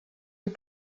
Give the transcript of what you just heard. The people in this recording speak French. les